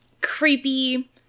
creepy